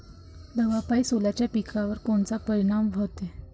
दवापायी सोल्याच्या पिकावर कोनचा परिनाम व्हते?